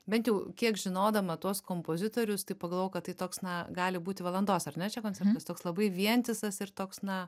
bent jau kiek žinodama tuos kompozitorius tai pagalvojau kad tai toks na gali būti valandos ar ne čia koncertas toks labai vientisas ir toks na